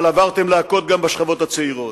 אבל עברתם להכות גם בשכבות הצעירות.